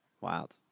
Wild